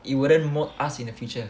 it wouldn't us in the future